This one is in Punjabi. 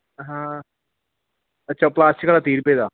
ਹਾਂ ਅੱਛਾ ਪਲਾਸਟਿਕ ਵਾਲਾ ਤੀਹ ਰੁਪਏ ਦਾ